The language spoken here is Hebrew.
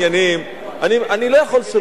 אני לא יכול שלא לברך על החוק.